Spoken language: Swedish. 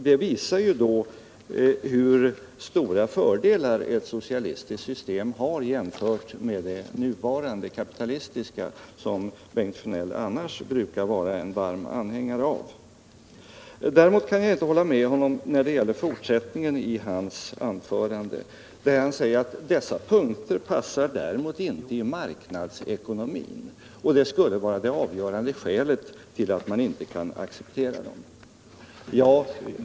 Det visar ju hur stora fördelar ett socialistiskt system har jämfört med det nuvarande kapitalistiska, som Bengt Sjönell är en varm anhängare av. Däremot kan jag inte hålla med honom när han säger att dessa nio punkter inte passar inom marknadsekonomin och att det är det avgörande skälet till att man inte kan acceptera dem.